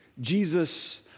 Jesus